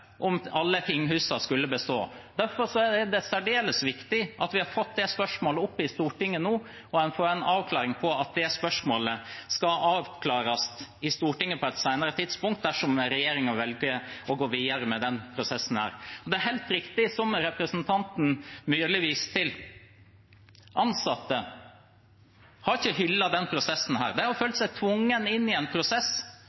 om alle tinghusene skulle bestå. Derfor er det særdeles viktig at vi har fått det spørsmålet opp i Stortinget nå, og at en får en avklaring på at det spørsmålet skal avklares i Stortinget på et senere tidspunkt dersom regjeringen velger å gå videre med den prosessen. Det er helt riktig som representanten Myrli viste til, ansatte har ikke hyllet denne prosessen. De har følt seg tvunget inn i en prosess. Mange av dem er